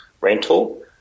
rental